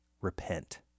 repent